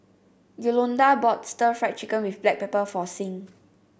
Yolonda bought stir Fry Chicken with Black Pepper for Sing